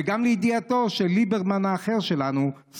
וגם לידיעתו של ליברמן האחר שלנו,